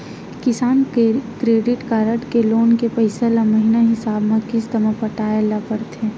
किसान credit card के loan के पइसा ल महिना हिसाब म किस्त म पटाए ल परथे